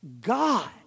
God